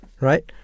right